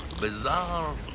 bizarre